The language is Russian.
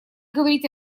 говорить